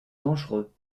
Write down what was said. dangereux